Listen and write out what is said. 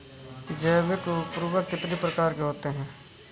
जैव उर्वरक कितनी प्रकार के होते हैं?